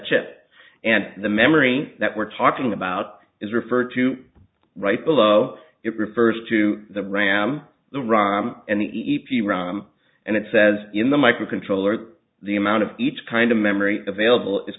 chip and the memory that we're talking about is referred to right below it refers to the ram the rom and the e p rom and it says in the microcontroller the amount of each kind of memory available is